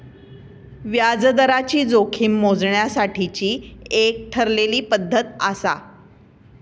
व्याजदराची जोखीम मोजण्यासाठीची एक ठरलेली पद्धत आसा